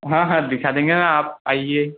हाँ हाँ दिखा देंगे ना आप आइए